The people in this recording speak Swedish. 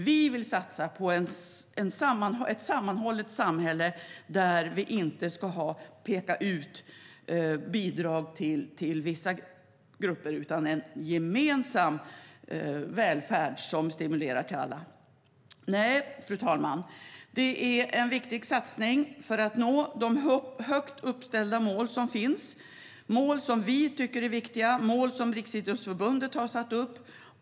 Vi vill satsa på ett sammanhållet samhälle där vi inte riktar bidrag till vissa grupper, utan det ska vara en gemensam välfärd som stimulerar alla. Fru talman! Det är en viktig satsning för att nå de högt uppställda mål som finns. Det är mål som vi tycker är viktiga och mål som Riksidrottsförbundet har satt upp.